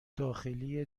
داخلی